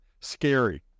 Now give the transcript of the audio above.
scary